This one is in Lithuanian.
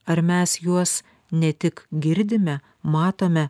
ar mes juos ne tik girdime matome